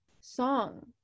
song